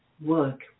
work